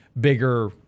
bigger